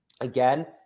Again